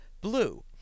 Blue